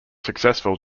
successful